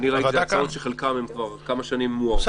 ראיתי הצעות שחלקן מוארכות כבר כמה שנים,